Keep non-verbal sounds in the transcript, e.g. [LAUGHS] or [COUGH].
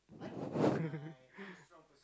[BREATH] [LAUGHS]